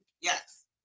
Yes